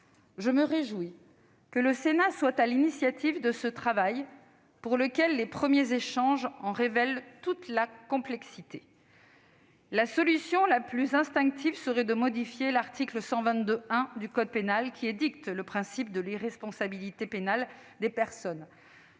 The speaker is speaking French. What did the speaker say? Je me réjouis que le Sénat soit à l'initiative de ce travail. Les premiers échanges auxquels il a donné lieu en révèlent toute la complexité. La solution la plus instinctive serait de modifier l'article 122-1 du code pénal, qui édicte le principe de l'irresponsabilité pénale d'une personne